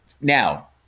Now